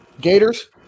Gators